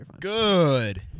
good